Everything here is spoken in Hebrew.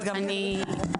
מנכ"ל.